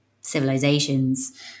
civilizations